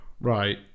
Right